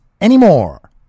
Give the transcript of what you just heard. anymore